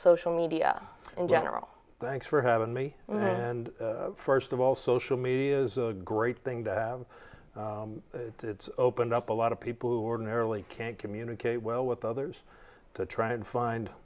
social media in general thanks for having me and first of all social media is a great thing to have it's opened up a lot of people who ordinarily can't communicate well with others to try and find